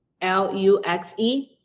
L-U-X-E